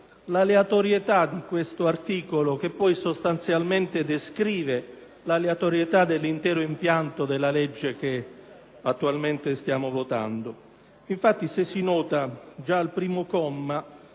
l'aleatorietà di questo articolo che poi sostanzialmente descrive l'aleatorietà dell'intero impianto del provvedimento che attualmente stiamo votando. Infatti, già al primo comma,